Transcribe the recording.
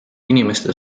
inimeste